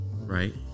Right